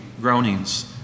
groanings